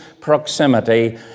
proximity